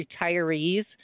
retirees